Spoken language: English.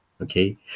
Okay